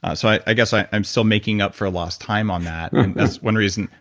ah so i guess i'm still making up for lost time on that. that's one reason,